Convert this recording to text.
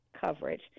coverage